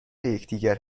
یکدیگر